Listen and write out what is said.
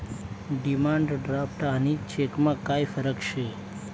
demand draft आणि चेकमा काय फरक शे